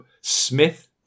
Smith